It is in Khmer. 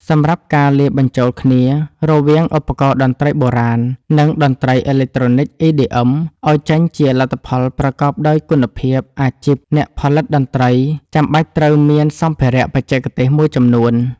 សម្រាប់ការលាយបញ្ចូលគ្នារវាងឧបករណ៍តន្ត្រីបុរាណ និងតន្ត្រីអេឡិចត្រូនិក EDM ឱ្យចេញជាលទ្ធផលប្រកបដោយគុណភាពអាជីព អ្នកផលិតតន្ត្រីចាំបាច់ត្រូវមានសម្ភារៈបច្ចេកទេសមួយចំនួន។